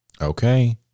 Okay